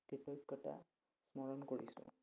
কৃতজ্ঞতা স্মৰণ কৰিছোঁ